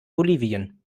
bolivien